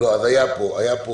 היה פה